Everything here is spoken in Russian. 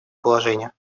положения